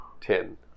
Ten